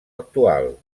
actual